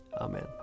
Amen